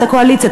את הקואליציה.